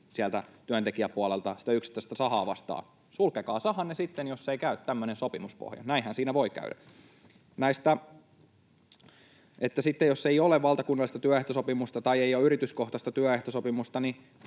työntekijäpuolelta sitä yksittäistä sahaa vastaa. Sulkekaa sahanne sitten, jos ei käy tämmöinen sopimuspohja, näinhän siinä voi käydä. Sitten jos ei ole valtakunnallista työehtosopimusta tai ei ole yrityskohtaista työehtosopimusta,